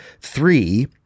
Three